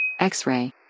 X-Ray